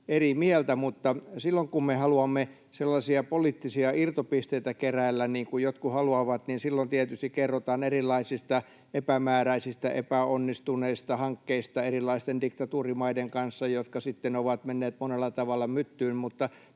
eri mieltä, mutta silloin, kun me haluamme sellaisia poliittisia irtopisteitä keräillä, niin kuin jotkut haluavat, niin silloin tietysti kerrotaan erilaisista epämääräisistä epäonnistuneista hankkeista erilaisten diktatuurimaiden kanssa, jotka sitten ovat menneet monella tavalla myttyyn. Mutta